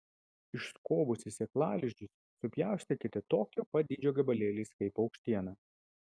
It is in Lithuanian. išskobusi sėklalizdžius supjaustykite tokio pat dydžio gabalėliais kaip paukštieną